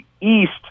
East